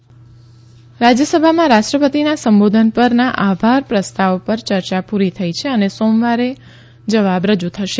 રાજયસભા ચર્ચા રાજ્યસભામાં રાષ્ટ્રપતિના સંબોધન પરના આભાર પ્રસ્તાવ પર ચર્ચા પૂરી થઈ છે અને સોમવારે જવાબ રજુ થશે